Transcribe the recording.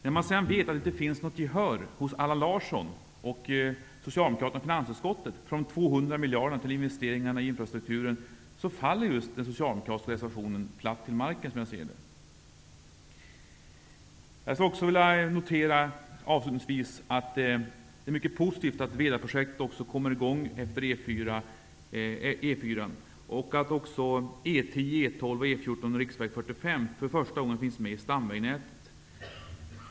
När vi sedan vet att det inte finns något gehör hos Allan Larsson och socialdemokraterna i finansutskottet för de 200 miljarderna till investeringar i infrastrukturen, faller den socialdemokratiska reservationen platt till marken. Jag noterar också att det är mycket positivt att Vedaprojektet skall komma i gång utefter E 4 och att också E 10, E 12, E 14 och riksväg 45 för första gången finns med i stamvägnätet.